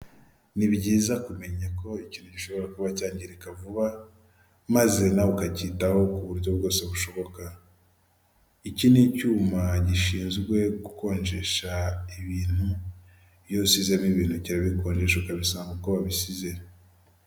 Ni byiza kumenya ko ikintu gishobora kuba cyangirika vuba maze nawe ukacyitaho ku buryo bwose bushoboka, iki ni icyuma gishinzwe gukonjesha ibintu, iyo usizemo ibintu kirabikoresha ukabisanga uko wabisize.